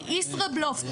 זה ישראבלוף,